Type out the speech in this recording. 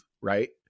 right